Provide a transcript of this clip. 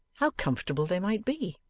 how comfortable they might be!